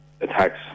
attacks